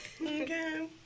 Okay